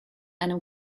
einem